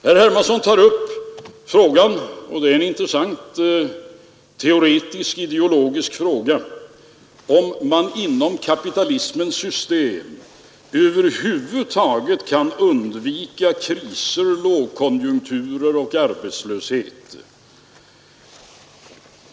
Herr Hermansson tog sedan upp den teoretiskt och ideologiskt mycket intressanta frågan huruvida man med ett kapitalistiskt system över huvud taget kan undvika kriser, lågkonjunkturer och arbetslöshet.